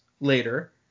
Later